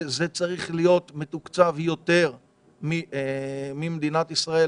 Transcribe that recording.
והוא צריך להיות מתוקצב יותר ממדינת ישראל